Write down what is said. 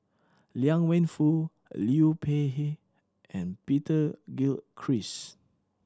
Liang Wenfu Liu Peihe and Peter Gilchrist